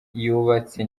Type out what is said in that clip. yubatse